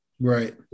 Right